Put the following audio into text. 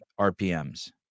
RPMs